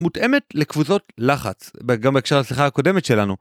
מותאמת לקבוצות לחץ, גם בהקשר לשיחה הקודמת שלנו.